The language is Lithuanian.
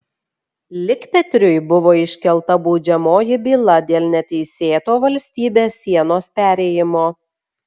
likpetriui buvo iškelta baudžiamoji byla dėl neteisėto valstybės sienos perėjimo